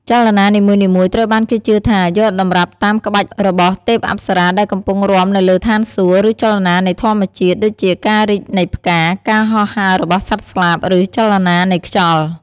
ចលនានីមួយៗត្រូវបានគេជឿថា យកតម្រាប់តាមក្បាច់របស់ទេពអប្សរាដែលកំពុងរាំនៅលើឋានសួគ៌ ឬចលនានៃធម្មជាតិ ដូចជាការរីកនៃផ្កា ការហោះហើររបស់សត្វស្លាប ឬចលនានៃខ្យល់។